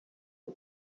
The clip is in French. que